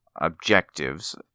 objectives